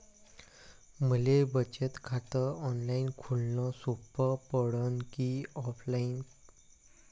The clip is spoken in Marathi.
मले बचत खात ऑनलाईन खोलन सोपं पडन की ऑफलाईन?